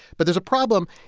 but there's a problem.